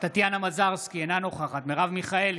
טטיאנה מזרסקי, אינה נוכחת מרב מיכאלי,